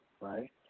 right